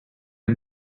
and